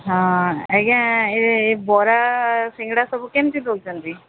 ହଁ ଆଜ୍ଞା ଏ ବରା ସିଙ୍ଗଡ଼ା ସବୁ କେମିତି ଦେଉଛନ୍ତି